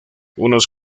unos